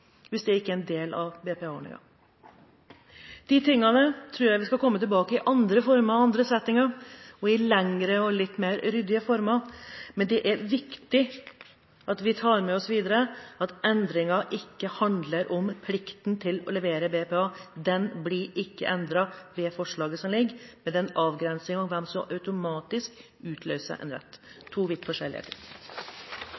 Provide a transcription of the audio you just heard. hvis det ikke er en del av BPA-ordningen. Disse tingene tror jeg vi skal komme tilbake til i andre former og settinger, og i litt mer ryddige former, men det er viktig at vi tar med oss videre at endringen ikke handler om plikten til å levere BPA. Den blir ikke endret ved forslaget som foreligger, men det er en avgrensing av hvem som automatisk utløser en rett